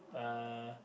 uh